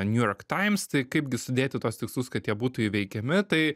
new york times tai kaip gi sudėti tuos tikslus kad jie būtų įveikiami tai